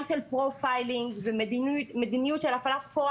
גם של פרופיילינג ומדיניות של הפעלת כוח